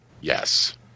Yes